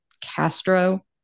Castro